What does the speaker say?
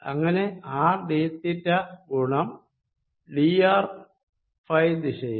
അങ്ങനെ R D theta ഗുണം D R phi ദിശയിൽ